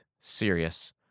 serious